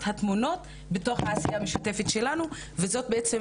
הטמונות בתוך העשייה המשותפת שלנו וזאת בעצם,